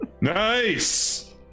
Nice